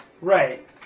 Right